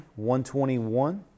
121